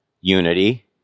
unity